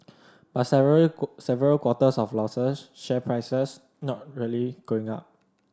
but several several quarters of losses share prices not really going up